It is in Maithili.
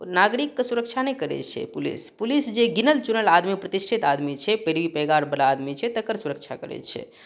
ओ नागरिकके सुरक्षा नहि करै छै पुलिस पुलिस जे गिनल चुनल आदमी प्रतिष्ठित आदमी छै पैरवी पैगारवला आदमी छै तकर सुरक्षा करै छै